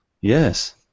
Yes